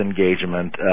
engagement